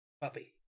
puppy